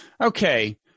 Okay